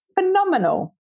phenomenal